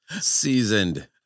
Seasoned